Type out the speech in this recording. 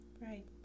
Right